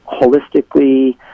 holistically